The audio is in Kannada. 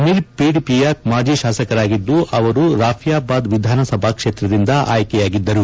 ಮಿರ್ ಪಿಡಿಪಿಯ ಮಾಜಿ ಶಾಸಕರಾಗಿದ್ದು ಅವರು ರಾಫಿಯಾಬಾದ್ ವಿಧಾನಸಭಾಕ್ಷೇತ್ರದಿಂದ ಆಯ್ಕೆಯಾಗಿದ್ದರು